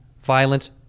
Violence